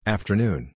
Afternoon